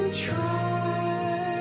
try